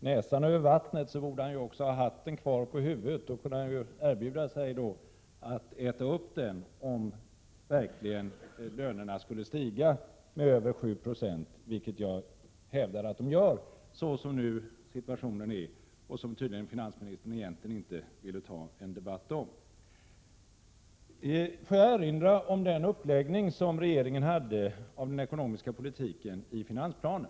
näsan över vattnet, borde han ju också ha hatten kvar på huvudet. Då kunde han erbjuda sig att äta upp den, om lönerna verkligen skulle stiga med över 7 96, vilket jag hävdar att de gör så som situationen nu är. Finansministern vill egentligen inte ta någon debatt om detta. Får jag erinra om regeringens uppläggning av den ekonomiska politiken i finansplanen.